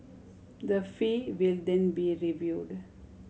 the fee will then be reviewed